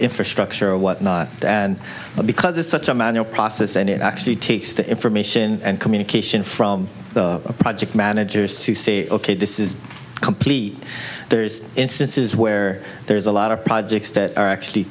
infrastructure or whatnot and because it's such a manual process and it actually takes the information and communication from the project managers to say ok this is complete there is instances where there is a lot of projects that are actually